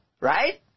Right